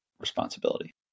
responsibility